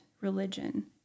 religion